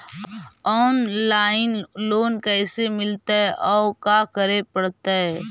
Online loan कैसे मिलतै औ का करे पड़तै?